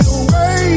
away